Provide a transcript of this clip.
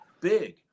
big